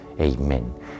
Amen